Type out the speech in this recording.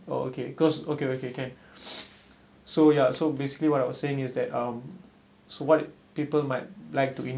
okay cause okay okay can so ya so basically what I was saying is that um so what people might like to